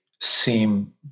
seem